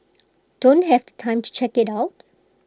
don't have the time to check IT out